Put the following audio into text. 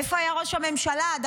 איפה היה ראש הממשלה עד